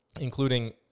including